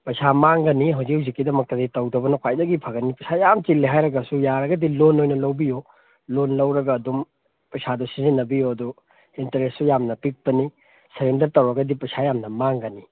ꯄꯩꯁꯥ ꯃꯥꯡꯒꯅꯤ ꯍꯧꯖꯤꯛ ꯍꯧꯖꯤꯛꯀꯤ ꯗꯃꯛꯇꯗꯤ ꯇꯧꯗꯕꯅ ꯈ꯭ꯋꯥꯏꯗꯒꯤ ꯐꯒꯅꯤ ꯄꯩꯁꯥ ꯌꯥꯝ ꯆꯤꯟꯂꯦ ꯍꯥꯏꯔꯒꯁꯨ ꯌꯥꯔꯒꯗꯤ ꯂꯣꯟ ꯑꯣꯏꯅ ꯂꯧꯕꯤꯌꯨ ꯂꯣꯟ ꯂꯧꯔꯒ ꯑꯗꯨꯝ ꯄꯩꯁꯥꯗꯨ ꯁꯤꯖꯤꯟꯅꯕꯤꯌꯨ ꯑꯗꯨ ꯏꯟꯇꯔꯦꯁꯁꯨ ꯌꯥꯝꯅ ꯄꯤꯛꯄꯅꯤ ꯁꯦꯔꯦꯟꯗꯔ ꯇꯧꯔꯒꯗꯤ ꯄꯩꯁꯥ ꯌꯥꯝꯅ ꯃꯥꯡꯒꯅꯤ